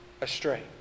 astray